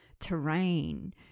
terrain